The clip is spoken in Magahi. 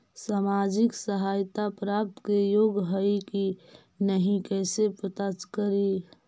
सामाजिक सहायता प्राप्त के योग्य हई कि नहीं कैसे पता करी?